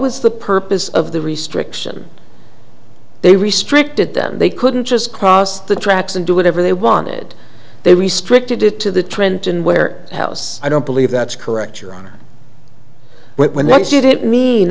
was the purpose of the restriction they restricted them they couldn't just cross the tracks and do whatever they wanted they restricted it to the trenton where house i don't believe that's correct your honor but when that didn't mean